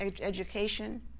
education